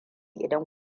idan